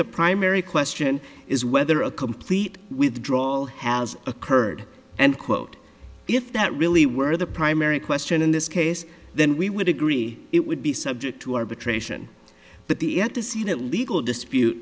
the primary question is whether a complete withdrawal has occurred and quote if that really were the primary question in this case then we would agree it would be subject to arbitration but the end to see that legal dispute